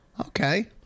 Okay